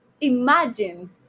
imagine